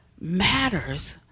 matters